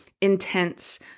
intense